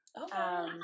Okay